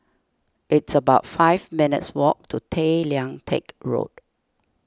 it's about five minutes' walk to Tay Lian Teck Road